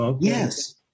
Yes